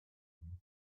wind